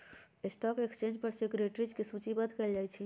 stock exchange पर securities के सूचीबद्ध कयल जाहइ